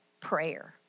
prayer